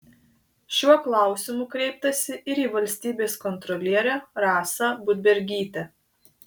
šiuo klausimu kreiptasi ir į valstybės kontrolierę rasą budbergytę